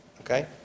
okay